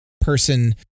person